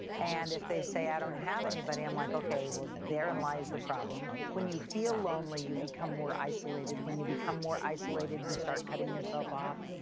and if they say, i don't have anybody, i'm, like, okay, therein lies the problem. when you feel lonely, you become more isolated. when you become more isolated, you start cutting yourself off.